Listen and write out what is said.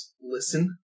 listen